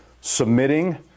submitting